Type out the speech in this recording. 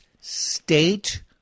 State